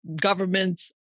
governments